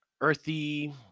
earthy